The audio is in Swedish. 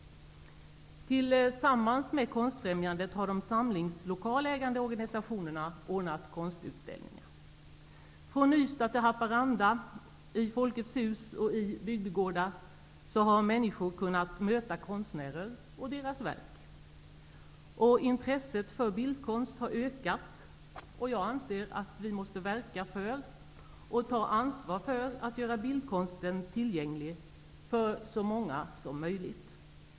Tillsammans med Konstfrämjandet har de samlingslokalägande organisationerna ordnat konstutställningar från Ystad till Haparanda. I Folkets hus och bygdegårdar har människor kunnat möta konstnärer och deras verk. Intresset för bildkonst har ökat, och jag anser att vi måste verka för och ta ansvar för att göra bildkonsten tillgänglig för så många som möjligt.